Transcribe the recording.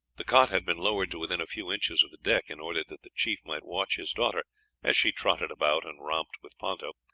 the cot had been lowered to within a few inches of the deck in order that the chief might watch his daughter as she trotted about and romped with ponto,